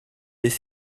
des